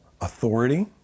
authority